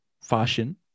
fashion